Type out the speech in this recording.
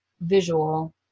visual